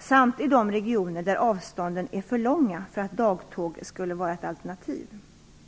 samt i de regioner där avstånden är för långa för att dagtåg skulle vara ett alternativ.